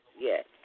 yes